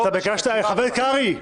חבר הכנסת קרעי,